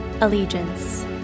Allegiance